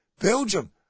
Belgium